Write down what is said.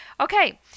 Okay